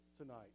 tonight